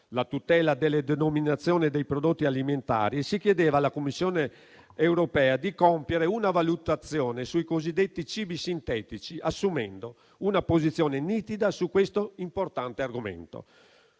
tutela delle denominazioni dei prodotti alimentari e si chiedeva alla Commissione europea di compiere una valutazione sui cosiddetti cibi sintetici, assumendo una posizione nitida su questo importante argomento.